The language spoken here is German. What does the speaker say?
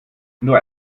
nur